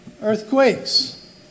earthquakes